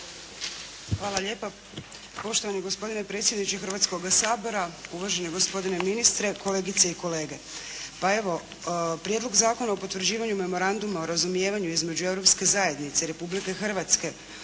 Hvala lijepa. Poštovani gospodine predsjedniče Hrvatskoga sabora, uvaženi gospodine ministre, kolegice i kolege. Pa evo, Prijedlog zakona o potvrđivanju Memoranduma o razumijevanju između Europske zajednice i Republike Hrvatske